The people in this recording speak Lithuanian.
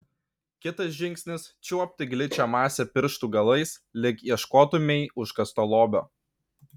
kitas žingsnis čiuopti gličią masę pirštų galais lyg ieškotumei užkasto lobio